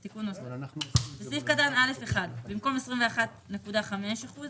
אם תפרוס את הניכוי ותנכה אחוזים יותר נמוכים על כל שקל,